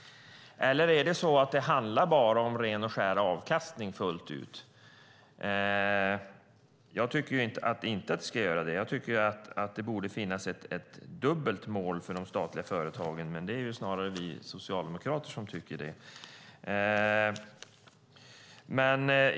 Eller handlar det bara om ren och skär avkastning fullt ut? Jag tycker inte att det ska göra det. Jag tycker att det borde finnas ett dubbelt mål för de statliga företagen. Men det är snarare vi socialdemokrater som tycker det.